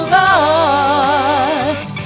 lost